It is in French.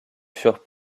furent